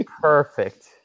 Perfect